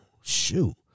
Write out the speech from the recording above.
shoot